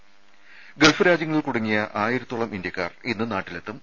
ത ഗൾഫ് രാജ്യങ്ങളിൽ കുടുങ്ങിയ ആയിരത്തോളം ഇന്ത്യക്കാർ ഇന്ന് നാട്ടിലെത്തും